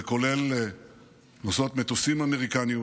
זה כולל נושאות מטוסים אמריקניות,